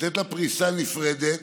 לתת לה פריסה נפרדת,